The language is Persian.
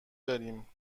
داریم